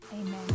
Amen